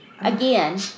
again